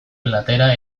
platera